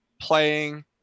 playing